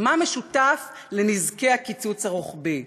מה משותף לנזקי הקיצוץ הרוחבי?